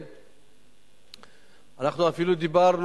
דעו